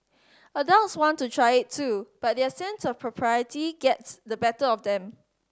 adults want to try it too but their sense of propriety gets the better of them